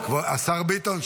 אבל הביאו אותו,